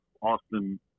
Austin